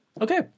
Okay